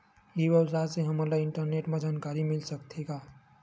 ई व्यवसाय से हमन ला इंटरनेट मा जानकारी मिल सकथे का?